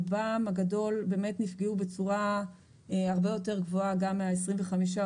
רובם הגדול נפגעו בצורה הרבה יותר גבוהה מאותם 25%